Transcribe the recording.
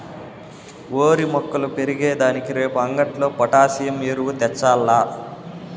ఓరి మొక్కలు పెరిగే దానికి రేపు అంగట్లో పొటాసియం ఎరువు తెచ్చాల్ల